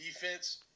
defense